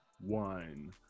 one